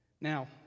Now